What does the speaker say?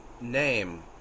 name